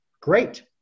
Great